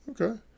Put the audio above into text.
Okay